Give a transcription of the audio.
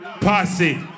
Posse